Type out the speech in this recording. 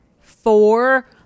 four